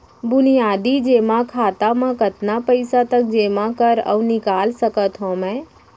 बुनियादी जेमा खाता म कतना पइसा तक जेमा कर अऊ निकाल सकत हो मैं?